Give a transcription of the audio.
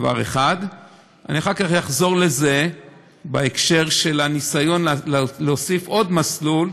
אחר כך אחזור לזה בהקשר של הניסיון להוסיף עוד מסלול,